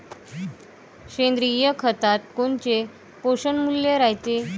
सेंद्रिय खतात कोनचे पोषनमूल्य रायते?